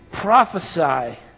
Prophesy